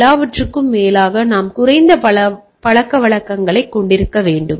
எல்லாவற்றிற்கும் மேலாக நாம் குறைந்த பழக்கவழக்கங்களைக் கொண்டிருக்க வேண்டும்